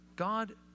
God